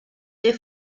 des